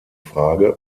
frage